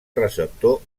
receptor